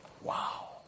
Wow